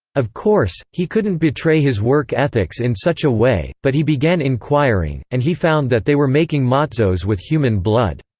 of course, he couldn't betray his work ethics in such a way, but he began inquiring, and he found that they were making matzos with human blood.